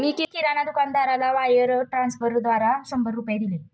मी किराणा दुकानदाराला वायर ट्रान्स्फरद्वारा शंभर रुपये दिले